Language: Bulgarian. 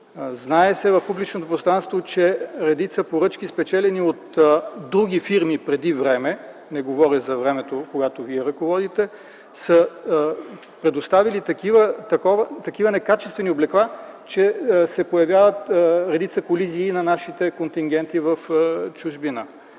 Знае се в публичното пространство, че редица поръчки, спечелени от други фирми преди време – не говоря за времето, откогато Вие ръководите, са предоставили такива некачествени облекла, че се появяват редица колизии на нашите контингенти в чужбина.